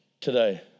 today